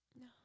no